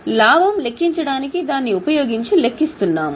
లాభం లెక్కించడానికి దాన్ని ఉపయోగించి దాన్ని లెక్కిస్తున్నాము